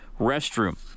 restroom